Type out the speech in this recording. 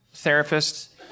therapist